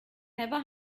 never